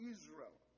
Israel